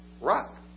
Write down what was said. rock